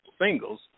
singles